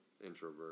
Introvert